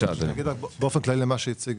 באופן כללי, למה שהציג